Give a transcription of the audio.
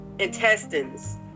intestines